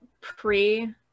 pre